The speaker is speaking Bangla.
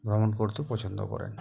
ভ্রমণ করতে পছন্দ করেন